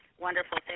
wonderful